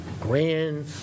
Grand